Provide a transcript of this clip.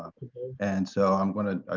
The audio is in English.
and so i'm going to